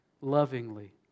lovingly